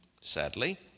sadly